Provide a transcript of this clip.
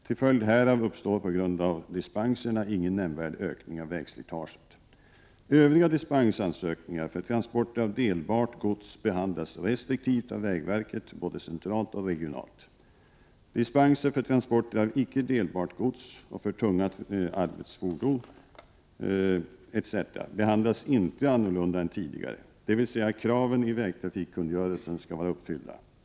Till följd härav uppstår på grund av dispenserna ingen nämnvärd ökning av vägslitaget. Övriga dispensansökningar för transporter av delbart gods behandlas restriktivt av vägverket både centralt och regionalt. Dispenser för transporter av icke delbart gods och för tunga arbetsfordon etc. behandlas inte annorlunda än tidigare, dvs. kraven i vägtrafikkungörelsen skall vara uppfyllda.